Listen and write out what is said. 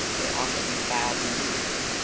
they offered me five years.